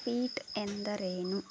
tweet ಎಂದರೇನು